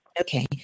Okay